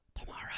Tomorrow